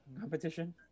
competition